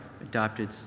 adopted